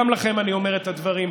גם לכן אני אומר את הדברים.